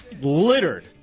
Littered